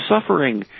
suffering